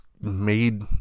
made